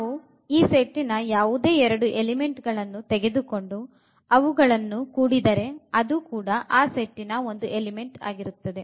ನಾವು ಸೆಟ್ಟಿನ ಯಾವುದೇ ಎರಡು ಎಲಿಮೆಂಟ್ಗಳನ್ನೂ ತೆಗೆದುಕೊಂಡು ಅವುಗಳನ್ನು ಕೂಡಿದರೆ ಅದು ಕೂಡ ಆ ಸೆಟ್ಟಿನ ಒಂದು ಎಲಿಮೆಂಟ್ ಆಗಿರುತ್ತದೆ